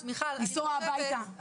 לנסוע הביתה.